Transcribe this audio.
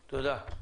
לכם,